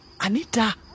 Anita